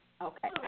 Okay